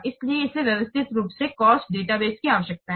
इसलिए इसे व्यवस्थित रूप से कॉस्ट डेटाबेस की आवश्यकता है